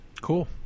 Cool